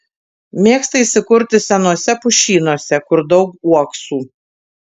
mėgsta įsikurti senuose pušynuose kur daug uoksų